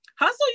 Hustle